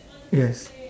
yes